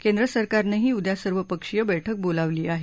केंद्र सरकारनंही उद्या सर्वपक्षीय बैठक बोलावली आहे